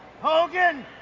Hogan